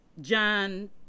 John